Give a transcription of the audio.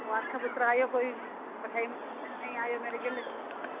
मबारखां पुत्तर कोई मठेआई दिक्खने गी आयो मेरे गिल्ल